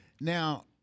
Now